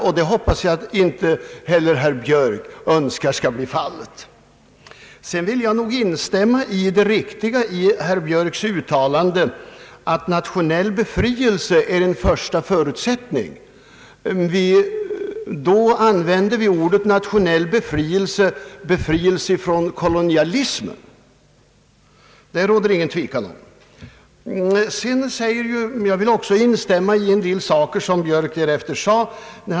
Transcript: Jag hoppas att inte heller herr Björk önskar att så skall bli fallet. Jag vill instämma i herr Björks uttalande att nationell befrielse är en första förutsättning för demokratisk utveckling. Då använder vi uttrycket nationell befrielse för befrielse från kolonialism. Det råder ingen tvekan om detta. Jag vill också instämma i en del annat som herr Björk nämnde.